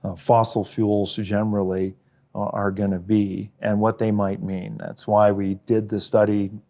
ah fossil fuels, so generally are gonna be, and what they might mean. that's why we did this study,